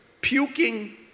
puking